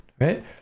right